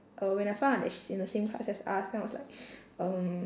uh when I found out that she's in the same class as us then I was like um